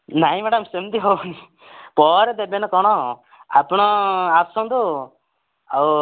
ନାହିଁ ମ୍ୟାଡ଼ାମ୍ ସେମିତି ହେବନି ପରେ ଦେବେ ନା କ'ଣ ଆପଣ ଆସନ୍ତୁ ଆଉ